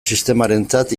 sistemarentzat